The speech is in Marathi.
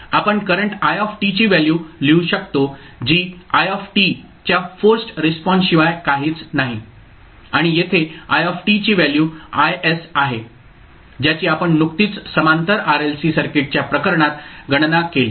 आपण करंट i ची व्हॅल्यू लिहू शकतो जे if च्या फोर्सड रिस्पॉन्स शिवाय काहीच नाही आणि येथे if ची व्हॅल्यू Is आहे ज्याची आपण नुकतीच समांतर RLC सर्किटच्या प्रकरणात गणना केली